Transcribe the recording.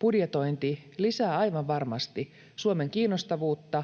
budjetointi lisää aivan varmasti Suomen kiinnostavuutta